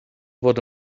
fod